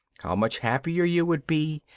how much happier you would be,